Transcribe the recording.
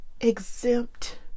Exempt